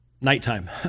nighttime